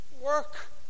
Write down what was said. work